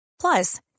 Plus